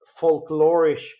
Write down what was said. folklorish